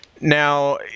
Now